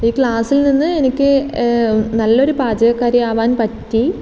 ഈ ക്ലാസ്സിൽ നിന്ന് എനിക്ക് നല്ലൊരു പാചകക്കാരിയാവാൻ പറ്റി